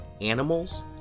animals